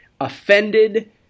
offended